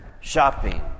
Shopping